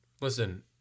Listen